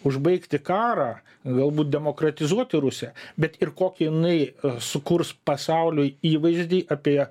užbaigti karą galbūt demokratizuoti rusiją bet ir kokį jinai sukurs pasauliui įvaizdį apie